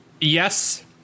Yes